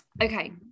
okay